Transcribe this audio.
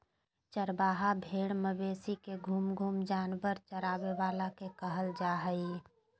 चरवाहा भेड़ मवेशी के घूम घूम जानवर चराबे वाला के कहल जा हइ